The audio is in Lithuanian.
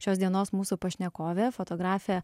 šios dienos mūsų pašnekovė fotografė